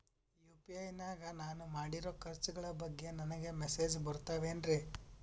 UPI ನಾಗ ನಾನು ಮಾಡಿರೋ ಖರ್ಚುಗಳ ಬಗ್ಗೆ ನನಗೆ ಮೆಸೇಜ್ ಬರುತ್ತಾವೇನ್ರಿ?